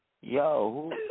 Yo